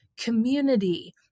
community